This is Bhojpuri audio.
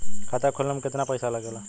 खाता खोले में कितना पैसा लगेला?